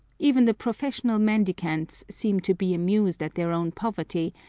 even the professional mendicants seem to be amused at their own poverty,